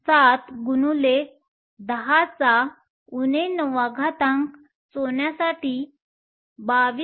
7 x 10 9 सोन्यासाठी 22